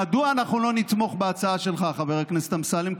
מדוע אנחנו לא נתמוך בהצעה שלך, חבר הכנסת אמסלם?